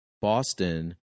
Boston